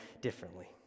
differently